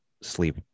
sleep